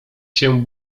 się